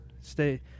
Stay